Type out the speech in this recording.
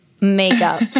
makeup